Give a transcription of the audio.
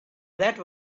that